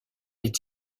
est